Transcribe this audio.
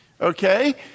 okay